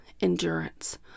endurance